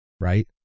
Right